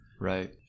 right